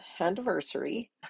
anniversary